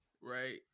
Right